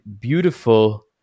beautiful